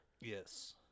Yes